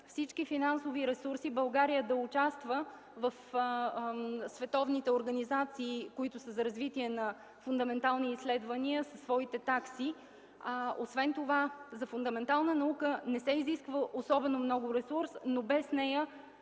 всички финансови ресурси България да участва в световните организации за развитие на фундаментални изследвания със своите такси. Освен това, за фундаментална наука не се изисква особено много ресурс, но без нея